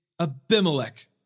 Abimelech